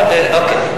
אבל, אוקיי.